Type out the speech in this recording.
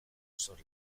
sor